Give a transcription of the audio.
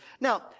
Now